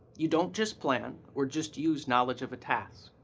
you don't just plan or just use knowledge of a task.